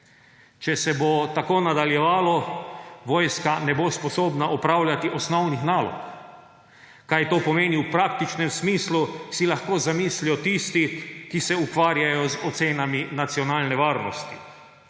Če se bo tako nadaljevalo, vojska ne bo sposobna opravljati osnovnih nalog. Kaj to pomeni v praktičnem smislu, si lahko zamislijo tisti, ki se ukvarjajo z ocenami nacionalne varnosti.